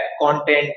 content